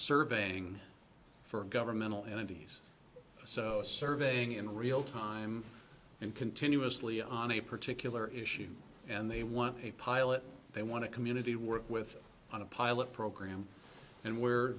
surveying for governmental entities so it's surveying in real time and continuously on a particular issue and they want a pilot they want to community work with on a pilot program and we're